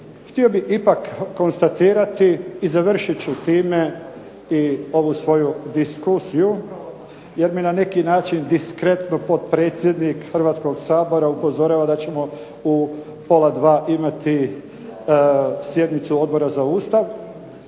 htio bih ipak konstatirati i završit ću time i ovu svoju diskusiju jer mi na neki način diskretno potpredsjednik Hrvatskog sabora upozorava da ćemo u pola dva imati sjednicu Odbora za Ustav.